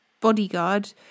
bodyguard